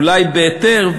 אולי בהיתר,